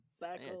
back